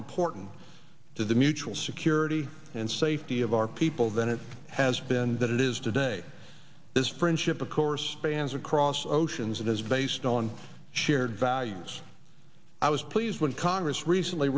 important to the mutual security and safety of our people than it has been that it is today this friendship of course spans across oceans it is based on shared values i was pleased when congress recently